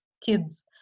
kids